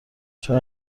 چون